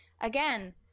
again